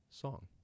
song